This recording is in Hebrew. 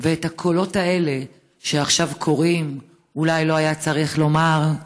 ואת הקולות האלה שעכשיו קוראים: אולי לא היה צריך לומר,